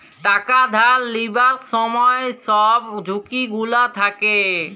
টাকা ধার লিবার ছময় ছব ঝুঁকি গুলা থ্যাকে